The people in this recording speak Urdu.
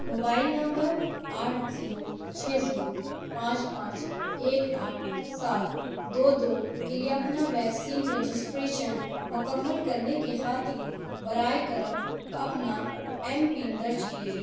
موبائل نمبر آٹھ زیرو چھ زیرو پانچ پانچ ایک آٹھ سات دو دو کے لیے اپنا ویکسین رجسٹریشنن مکمل کرنے کی خاطر برائے کرم اپنا ایم پن درج کیجیے